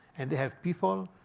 and they have people